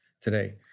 today